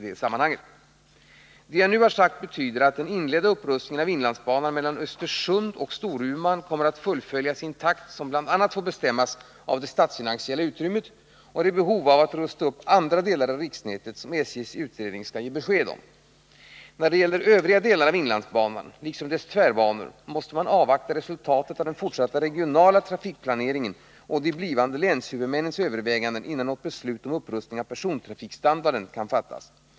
Det jag nu har sagt betyder att den inledda upprustningen av inlandsbanan mellan Östersund och Storuman kommer att fullföljas i en takt som bl.a. får bestämmas av det statsfinansiella utrymmet och det behov av att rusta upp andra delar av riksnätet som SJ:s utredning skall ge besked om. När det gäller övriga delar av inlandsbanan liksom dess tvärbanor måste man avvakta resultatet av den fortsatta regionala trafikplaneringen och de blivande länshuvudmännens överväganden innan något beslut om upprustning av persontrafikstandarden kan fattas.